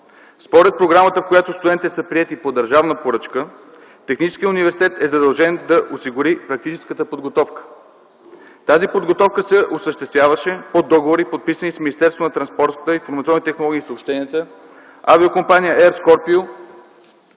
Според програмата, в която студентите са приети по държавна поръчка, Техническият университет е задължен да осигури фактическата подготовка. Тази подготовка се осъществяваше от договори, подписани с Министерството на транспорта, информационните технологии и съобщенията, Авиокомпания „Еър